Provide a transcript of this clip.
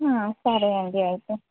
సరే అండి అయితే